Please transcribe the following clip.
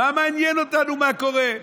מה מעניין אותנו מה קורה?